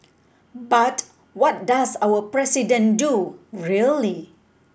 but what does our president do really